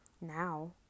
now